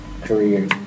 career